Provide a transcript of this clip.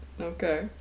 Okay